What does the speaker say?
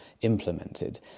implemented